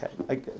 Okay